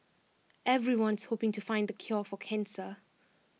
everyone's hoping to find the cure for cancer